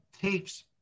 tapes